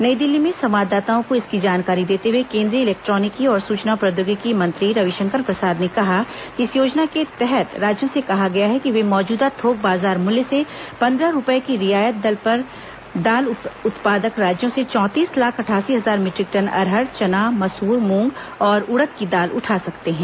नई दिल्ली में संवाददाताओं को इसकी जानकारी देते हए केंद्रीय इलेक्ट्रानिकी और सुचना प्रौद्योगिकी मंत्री रविशंकर प्रसाद ने कहा कि इस योजना के तहत राज्यों से कहा गया है कि वे मौजूदा थोक बाजार मूल्य से पंद्रह रूपये की रियायत पर दाल उत्पादक राज्यों से चौंतीस लाख अठासी हजार मीट्रिक ेटन अरहर चना मसूर मूंग और उड़द की दाल उठा सकते हैं